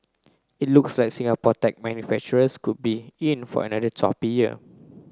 it looks like Singapore tech manufacturers could be in for another choppy year